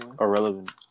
irrelevant